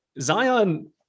Zion